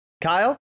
Kyle